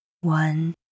One